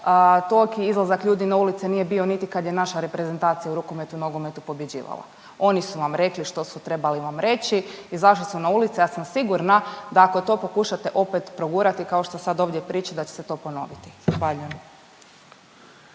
dok izlazak ljudi na ulice nije bio niti kada je naša reprezentacija u rukometu i nogometu pobjeđivala. Oni su vam rekli što su trebali vam reći, izašli su na ulice, ja sam sigurna da ako to pokušate to progurat kao što sad ovdje pričate da će se to ponoviti. Zahvaljujem.